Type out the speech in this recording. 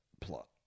Plot